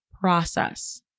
process